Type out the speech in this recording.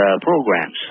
programs